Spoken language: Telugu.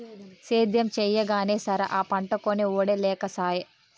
సేద్యం చెయ్యగానే సరా, ఆ పంటకొనే ఒడే లేకసాయే